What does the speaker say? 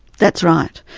that's right.